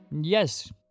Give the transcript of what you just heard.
Yes